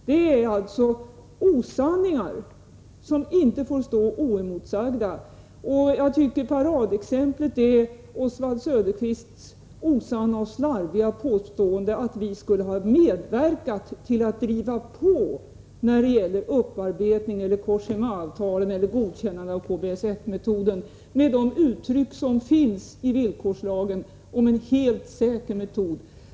Det är fråga om osanningar som inte får stå oemotsagda. Paradexemplet är Oswald Söderqvists osanna och slarviga påstående att vi skulle ha medverkat till att driva på upparbetning, Cogéma-avtalet eller godkännandet av KBS 1-metoden, med de formuleringar som finns i villkorslagen om en helt säker metod.